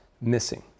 missing